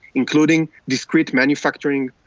including discrete manufacturing,